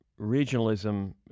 regionalism